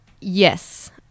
yes